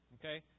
Okay